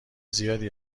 زیادی